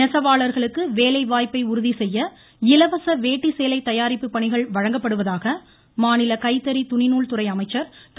நெசவாளர்களுக்கு வேலைவாய்ப்பை உறுதி செய்ய இலவச வேட்டி சேலை தயாரிப்புப் பணிகள் வழங்கப்படுவதாக மாநில கைத்தறி துணி நூல் துறை அமைச்சர் திரு